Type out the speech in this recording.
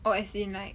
oh as in like